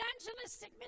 evangelistic